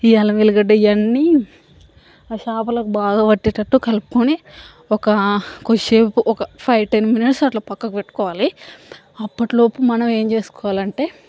ఈ అల్లం వెల్లిగడ్డ ఇవన్నీ ఆ చేపలకు బాగా పట్టేటట్టు కలుపుకుని ఒక కూసేపు ఒక ఫైవ్ టెన్ మినిట్స్ అట్లా పక్కకు పెట్టుకోవాలి అప్పటి లోపు మనం ఏం చేసుకోవాలంటే